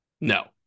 No